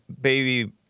baby